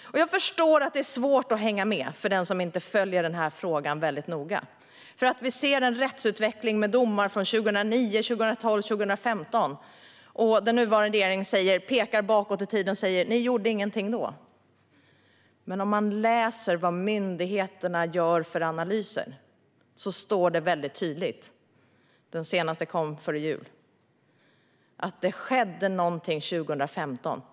Jag förstår att det är svårt att hänga med för den som inte följer denna fråga noga. Vi ser en rättsutveckling med domar från 2009, 2012 och 2015. Den nuvarande regeringen pekar bakåt i tiden och säger: Ni gjorde ingenting då. Men myndigheternas analyser - den senaste kom före jul - är väldigt tydliga: Det skedde något 2015.